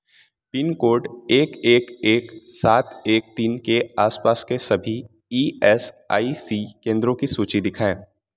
pin code एक एक एक सात एक तीन के आस पास के सभी ई एस आई सी केंद्रों की सूची दिखाएँ